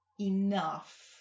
Enough